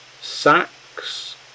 sacks